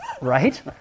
right